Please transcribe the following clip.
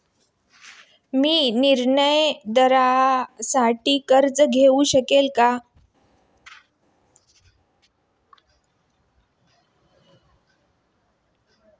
मी निर्यातदारासाठी कर्ज घेऊ शकतो का?